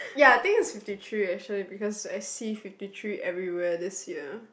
ya I think is fifty three actually because I see fifty three everywhere this year